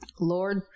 Lord